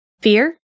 Fear